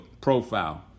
profile